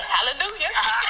Hallelujah